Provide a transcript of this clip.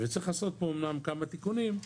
וצריך לעשות פה אמנם כמה תיקונים.